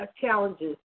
challenges